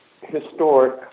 historic